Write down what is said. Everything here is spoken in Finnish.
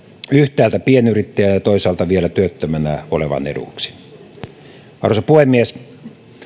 yhtäältä pienyrittäjän ja toisaalta vielä työttömänä olevan eduksi arvoisa puhemies